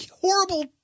horrible